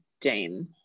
Jane